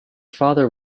father